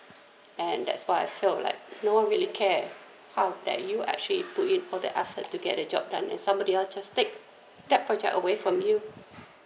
and that's why I felt like no one really care how that you actually put it all that effort to get the job done and somebody else just take that project away from you